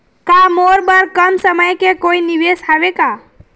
का मोर बर कम समय के कोई निवेश हावे का?